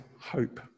hope